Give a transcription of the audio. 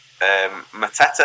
Mateta